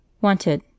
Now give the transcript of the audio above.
Wanted